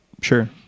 Sure